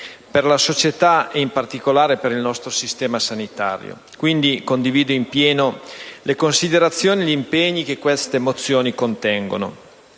per la società e in particolare per il nostro sistema sanitario, quindi condivido in pieno le considerazioni e gli impegni che tali mozioni contengono.